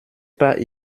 pas